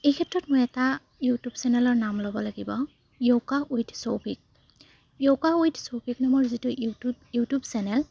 এই ক্ষেত্ৰত মই এটা ইউটিউব চেনেলৰ নাম ল'ব লাগিব yoga with Shouvik yoga with Shouvik নামৰ যিটো ইউটিউত ইউটিউব চেনেল